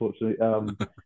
unfortunately